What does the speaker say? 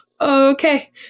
Okay